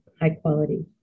high-quality